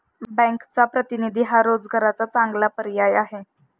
बँकचा प्रतिनिधी हा रोजगाराचा चांगला पर्याय आहे